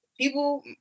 People